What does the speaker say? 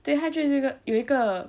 对他就会是一个有一个